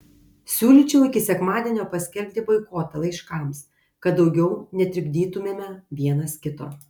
siūlyčiau iki sekmadienio paskelbti boikotą laiškams kad daugiau netrikdytumėme vienas kito